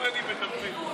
סכיזופרנים מדברים.